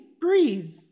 breathe